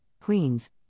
Queens